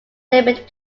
limit